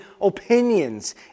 opinions